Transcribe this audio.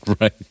Right